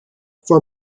for